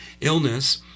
illness